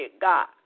God